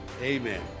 Amen